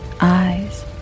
eyes